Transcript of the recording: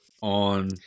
on